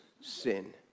sin